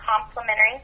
complimentary